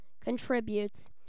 contributes